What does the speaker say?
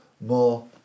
more